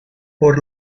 por